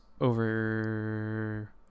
over